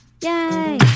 Yay